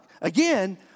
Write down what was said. Again